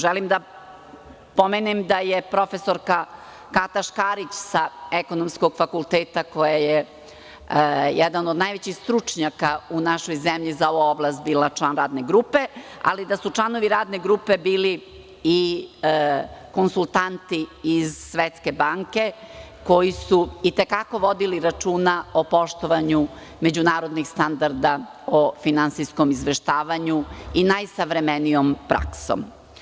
Želim da pomenem da je profesorka Kata Škarić sa Ekonomskog fakulteta, koja je jedan od najvećih stručnjaka u našoj zemlji za ovu oblast, bila član radne grupe, ali da su članovi radne grupe bili i konsultanti iz Svetske banke koji su i te kako vodili računa o poštovanju međunarodnih standarda o finansijskom izveštavanju i najsavremenijom praksom.